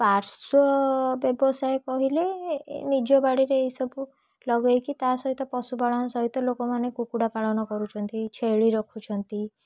ପାର୍ଶ୍ୱ ବ୍ୟବସାୟ କହିଲେ ନିଜ ବାଡ଼ିରେ ଏଇସବୁ ଲଗାଇକି ତା ସହିତ ପଶୁପାଳନ ସହିତ ଲୋକମାନେ କୁକୁଡ଼ା ପାଳନ କରୁଛନ୍ତି ଛେଳି ରଖୁଛନ୍ତି